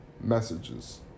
messages